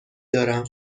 دارم